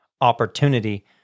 opportunity